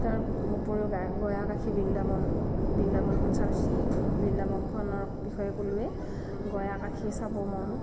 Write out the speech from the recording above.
তাৰ উপৰিও গয়া কাশী বৃন্দাবন বৃন্দাবনখন বৃন্দাবনখনৰ বিষয়ে ক'লোৱে গয়া কাশী চাব মন